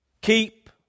Keep